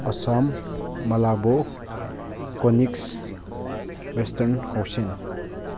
ꯑꯁꯥꯝ ꯃꯂꯥꯕꯣ ꯀꯣꯅꯤꯛꯁ ꯋꯦꯁꯇꯔꯟ ꯍꯣꯁꯦꯟ